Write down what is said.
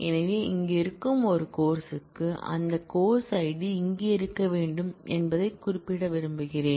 எனவே இங்கே இருக்கும் ஒரு கோர்ஸ் க்கு அந்த கோர்ஸ் ஐடி இங்கே இருக்க வேண்டும் என்பதைக் குறிப்பிட விரும்புகிறேன்